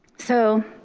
so,